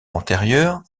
antérieur